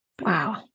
Wow